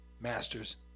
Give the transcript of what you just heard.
masters